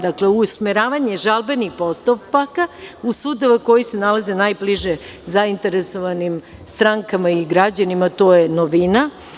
Dakle, usmeravanje žalbenih postupaka u sudove koji se nalaze najbliže zainteresovanim strankama i građanima, to je novina.